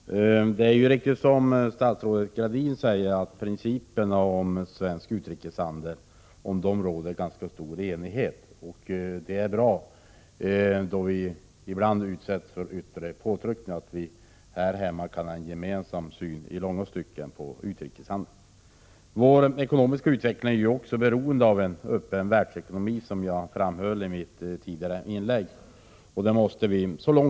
Herr talman! Det är riktigt, som statsrådet Gradin säger, att det råder ganska stor enighet om principerna för svensk utrikeshandel. När vi ibland utsätts för yttre påtryckningar är det bra att vi här hemma i långa stycken har en gemensam syn på utrikeshandeln. Vår utrikespolitiska utveckling är ju också, som jag framhöll i mitt tidigare inlägg, beroende av en öppen världsekonomi.